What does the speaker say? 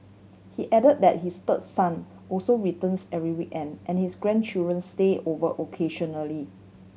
he added that his third son also returns every weekend and his grandchildren stay over occasionally